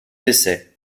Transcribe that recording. décès